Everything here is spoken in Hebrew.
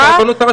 הדרך הארוכה,